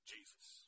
Jesus